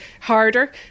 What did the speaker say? harder